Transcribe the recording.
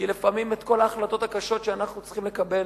כי לפעמים כל ההחלטות הקשות שאנחנו צריכים לקבל,